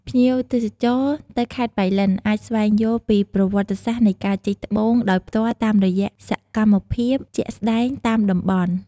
ភ្ញៀវទេសចរទៅខេត្តប៉ៃលិនអាចស្វែងយល់ពីប្រវត្តិសាស្រ្តនៃការជីកត្បូង ដោយផ្ទាល់តាមរយៈសម្មភាពជាក់ស្តែងតាមតំបន់។